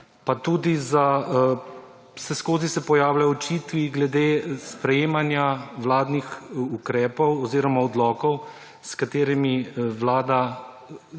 državi pa vseskozi se pojavljajo očitki glede sprejemanja vladnih ukrepov oziroma odlokov, s katerimi hoče